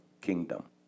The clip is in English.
kingdom